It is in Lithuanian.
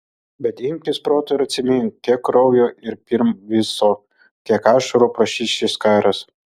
bet imkis proto ir atsimink kiek kraujo ir pirm viso kiek ašarų prašys šis karas